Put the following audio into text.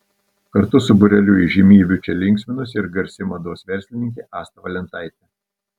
kartu su būreliu įžymybių čia linksminosi ir garsi mados verslininkė asta valentaitė